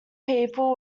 people